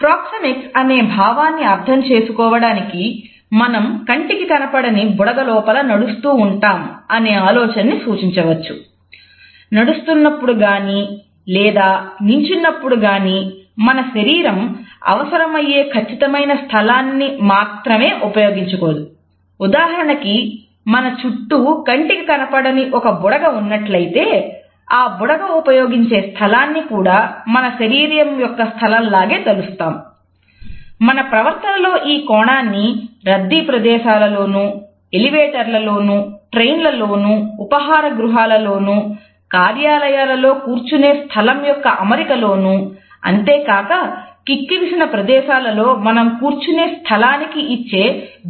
proxemics ఉపహార గృహాలలో కార్యాలయాలలో కూర్చునే స్థలం యొక్క అమరికలోనూ అంతేకాక కిక్కిరిసిన ప్రదేశాలలో మనం కూర్చునే స్థలానికి ఇచ్చే